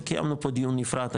וקיימנו פה דיון נפרד,